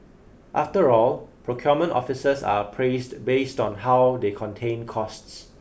after all procurement officers are appraised based on how they contain costs